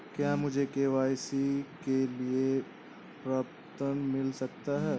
क्या मुझे के.वाई.सी के लिए प्रपत्र मिल सकता है?